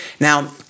Now